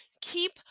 keep